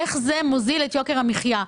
איך זה מוזיל את יוקר המחייה?